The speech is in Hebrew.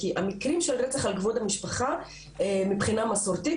כי המקרים של רצח על כבוד המשפחה מבחינה מסורתית